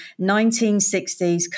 1960s